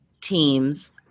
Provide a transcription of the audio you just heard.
teams